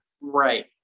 right